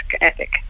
ethic